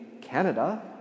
Canada